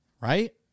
Right